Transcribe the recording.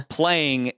playing